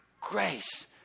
Grace